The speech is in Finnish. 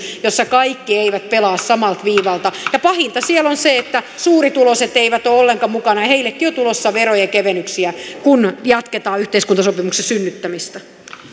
jossa kaikki pelaavat samalta viivalta pahinta siellä on se että suurituloiset eivät ole ollenkaan mukana heillekin on tulossa verojen kevennyksiä kun jatketaan yhteiskuntasopimuksen synnyttämistä